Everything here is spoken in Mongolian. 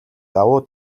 давуу